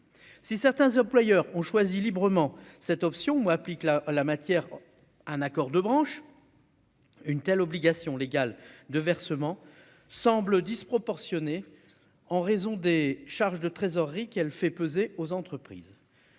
si certains employeurs ont choisi librement cette option moi applique la la matière, un accord de branche. Une telle obligation légale de versements semble disproportionnée en raison des charges de trésorerie qu'elle fait peser aux entreprises